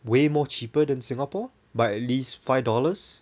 way more cheaper than singapore by at least five dollars